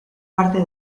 parte